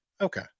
okay